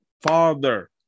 father